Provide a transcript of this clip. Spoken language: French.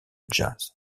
jazz